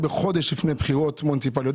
בחודש שלפני הבחירות המוניציפליות.